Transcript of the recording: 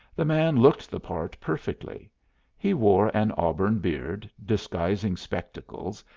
the man looked the part perfectly he wore an auburn beard, disguising spectacles,